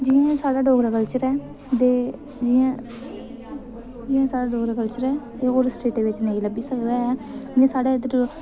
जि'यां साढ़ा डोगरा कल्चर ऐ ते जि'यां साढ़ा डोगरा कल्चर ऐ एह् होर एह् होर स्टेटें बिच नेईं लब्भी सकदा ऐ साढ़े इद्धर